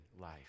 life